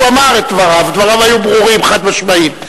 הוא אמר את דבריו, הם היו ברורים וחד-משמעיים.